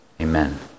Amen